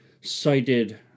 cited